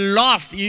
lost